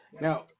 Now